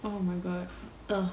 oh my god